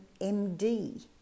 MD